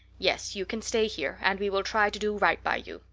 yes you can stay here and we will try to do right by you.